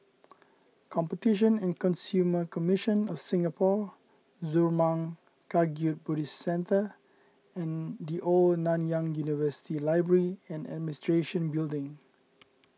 Competition and Consumer Commission of Singapore Zurmang Kagyud Buddhist Centre and the Old Nanyang University Library and Administration Building